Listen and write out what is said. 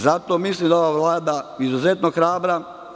Zato mislim da ova Vlada je izuzetno hrabra.